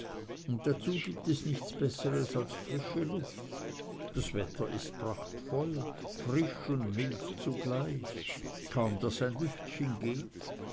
und dazu gibt es nichts besseres als frische luft das wetter ist prachtvoll frisch und milde zugleich kaum daß ein lüftchen geht